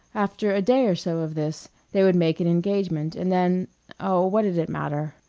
after a day or so of this, they would make an engagement, and then oh, what did it matter?